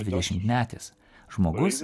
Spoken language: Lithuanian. dvidešimtmetis žmogus